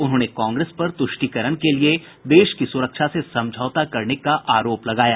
उन्होंने कांग्रेस पर तुष्टिकरण के लिए देश की सुरक्षा से समझौता करने का आरोप लगाया